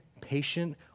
patient